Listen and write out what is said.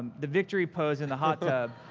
the victory pose in the hot tub.